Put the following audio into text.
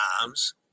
times